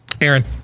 Aaron